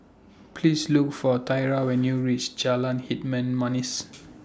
Please Look For Thyra when YOU REACH Jalan Hitam Manis